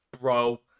bro